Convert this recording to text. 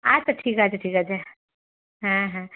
আচ্ছা ঠিক আছে ঠিক আছে হ্যাঁ হ্যাঁ